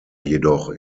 jedoch